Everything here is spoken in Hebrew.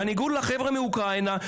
בניגוד לחבר'ה מאוקראינה,